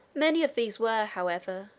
many of these were, however,